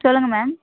சொல்லுங்கள் மேம்